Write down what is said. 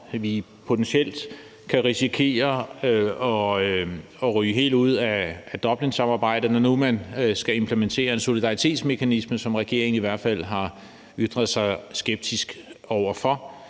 vi potentielt kan risikere at ryge helt ud af Dublinsamarbejdet, når nu man skal implementere en solidaritetsmekanisme, som regeringen i hvert fald har ytret sig skeptisk over for,